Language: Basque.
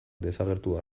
desagertu